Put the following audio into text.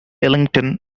ellington